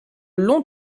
long